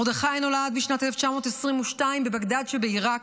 מרדכי נולד בשנת 1922 בבגדד שבעיראק,